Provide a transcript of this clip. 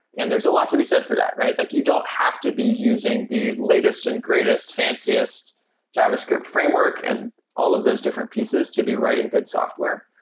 and there's a lot to be said for that, right? like you don't have to be using the latest and greatest, fanciest javascript framework and all of those different pieces to be writing good software,